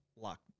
lock